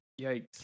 Yikes